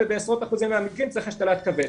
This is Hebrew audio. ובעשרות אחוזים מהמקרים צריך השתלת כבד.